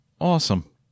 Awesome